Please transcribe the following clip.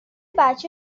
بچه